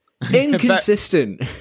inconsistent